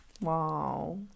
wow